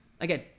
Again